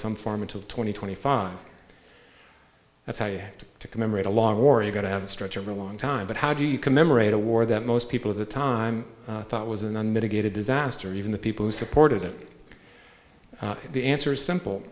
some form until twenty twenty five that's how you had to commemorate a long war you got to have stretch over a long time but how do you commemorate a war that most people at the time thought was an unmitigated disaster even the people who supported it the answer is simple